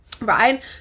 right